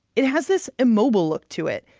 it has this immobile look to it.